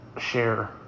share